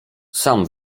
sam